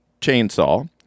chainsaw